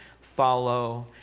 follow